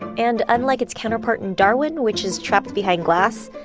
and unlike its counterpart in darwin, which is trapped behind glass,